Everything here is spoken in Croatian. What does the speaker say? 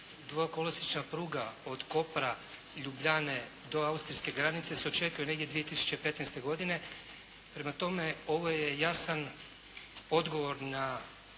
dvokolosječna pruga od Kopra, Ljubljane do austrijske granice se očekuje negdje 2015. godine. Prema tome ovo je jasan odgovor na